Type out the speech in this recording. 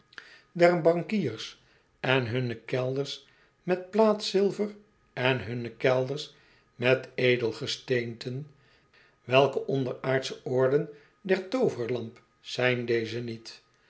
der bankiers en hunne kelders met plaatzilver en hunne kelders met edelgesteenten welke onder aardsche oorden der tooverlamp zijn deze niet